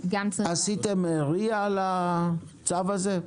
עשיתם תהליך ria לצו הזה?